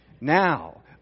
now